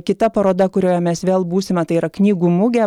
kita paroda kurioje mes vėl būsime tai yra knygų mugė